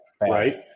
right